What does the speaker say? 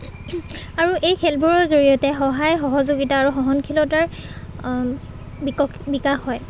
আৰু এই খেলবোৰৰ জৰিয়তে সহায় সহযোগিতা আৰু সহনশীলতাৰ বিকশ বিকাশ হয়